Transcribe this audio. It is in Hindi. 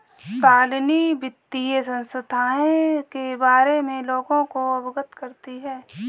शालिनी वित्तीय संस्थाएं के बारे में लोगों को अवगत करती है